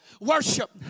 worship